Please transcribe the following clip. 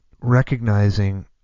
recognizing